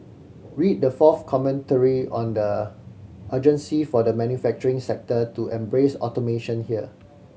read the fourth commentary on the urgency for the manufacturing sector to embrace automation here